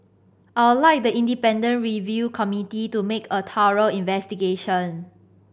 I'd like the independent review committee to make a thorough investigation